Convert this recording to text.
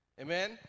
Amen